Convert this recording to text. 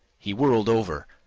he whirled over,